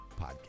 podcast